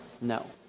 No